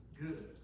Good